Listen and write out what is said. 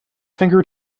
finger